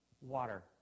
water